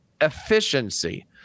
efficiency